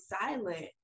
silent